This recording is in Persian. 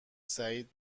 سعید